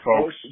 folks